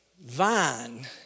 vine